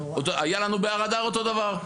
היה לנו בהר אדר אותו דבר,